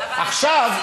עכשיו,